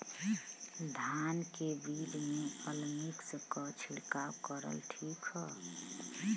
धान के बिज में अलमिक्स क छिड़काव करल ठीक ह?